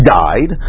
died